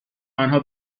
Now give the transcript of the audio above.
آنها